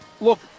look